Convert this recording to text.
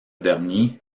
dernier